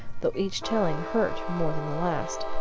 though each telling hurt more than the last.